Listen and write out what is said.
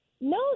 no